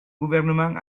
gouvernement